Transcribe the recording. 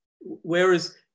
whereas